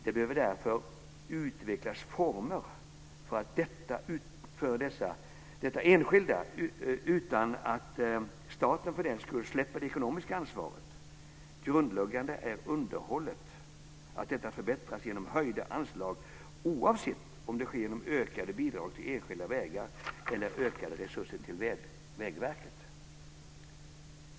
Det behöver därför utvecklas former för detta utan att staten för den skull släpper det ekonomiska ansvaret. Grundläggande är att underhållet förbättras genom höjda anslag, oavsett om det sker genom ökade bidrag till enskilda vägar eller genom ökade resurser till Vägverket.